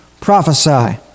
prophesy